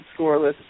scoreless